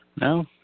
No